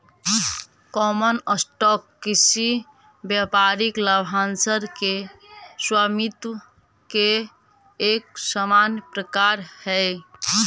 common stock किसी व्यापारिक लाभांश के स्वामित्व के एक सामान्य प्रकार हइ